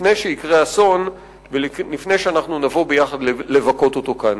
לפני שיקרה אסון ולפני שנבוא יחד לבכות אותו כאן.